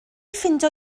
ffeindio